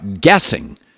guessing